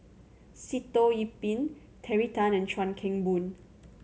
Sitoh Yih Pin Terry Tan and Chuan Keng Boon